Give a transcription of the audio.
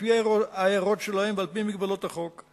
על-פי ההערות שלהם ועל-פי מגבלות החוק,